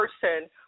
person